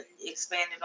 expanded